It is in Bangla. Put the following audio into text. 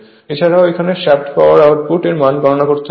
এছাড়াও এখানে শ্যাফ্ট পাওয়ার আউটপুট এর মান গণনা করতে হবে